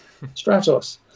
Stratos